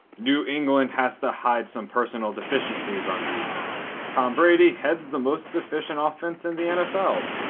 new england has to hide some personnel deficiencies on defense. tom brady heads the most efficient offense in the nfl,